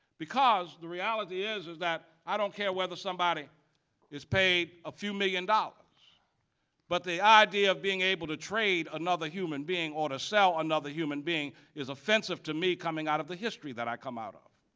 because the reality is is that i don't care whether somebody is paid a few million dollars but the idea of being able to trade another human being or to sell another human being is offensive to me coming out of the history that i come out of.